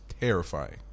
terrifying